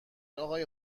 آقای